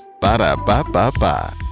Ba-da-ba-ba-ba